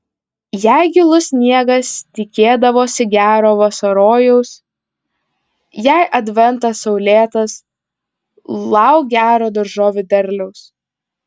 jei gilus sniegas tikėdavosi gero vasarojaus jei adventas saulėtas lauk gero daržovių derliaus